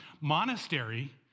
monastery